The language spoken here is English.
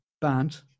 band